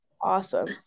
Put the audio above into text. awesome